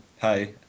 hi